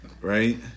right